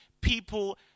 people